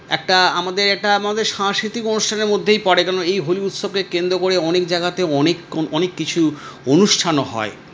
একটা আমাদের একটা আমাদের সাংস্কৃতিক অনুষ্ঠানের মধ্যেই পড়ে কেন এই হোলি উৎসবকে কেন্দ্র করে অনেক জায়গাতে অনেক অনেক কিছু অনুষ্ঠানও হয়